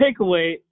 takeaway